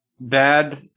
bad